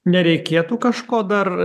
nereikėtų kažko dar